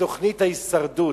בתוכנית "הישרדות",